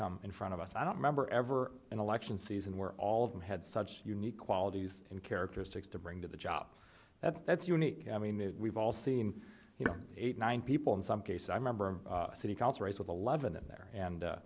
come in front of us i don't remember ever an election season where all of them had such unique qualities and characteristics to bring to the job that's that's unique i mean we've all seen you know eight nine people in some cases i remember a city council race with eleven in there and